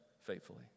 faithfully